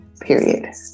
period